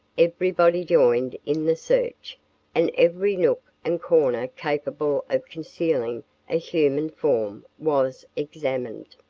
everybody joined in the search and every nook and corner capable of concealing a human form was examined.